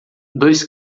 dois